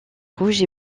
rouges